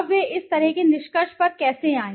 अब वे इस तरह के निष्कर्ष पर कैसे आए